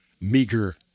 meager